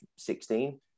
16